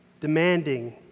demanding